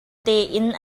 tein